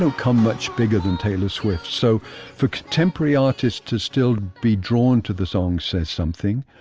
so come much bigger than taylor swift. so for contemporary artists to still be drawn to the song says something.